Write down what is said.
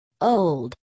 old